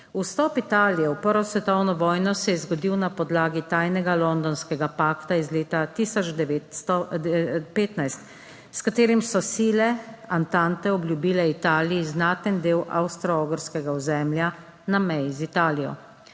Vstop Italije v prvo svetovno vojno se je zgodil na podlagi tajnega londonskega pakta iz leta 1915, s katerim so sile antante obljubile Italiji znaten del Avstro-Ogrskega ozemlja na meji z Italijo.